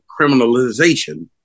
criminalization